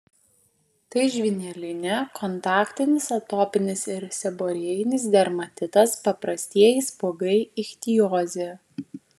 tai žvynelinė kontaktinis atopinis ir seborėjinis dermatitas paprastieji spuogai ichtiozė